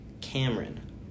Cameron